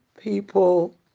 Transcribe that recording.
people